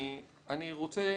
אני רוצה,